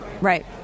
Right